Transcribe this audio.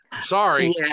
sorry